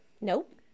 Nope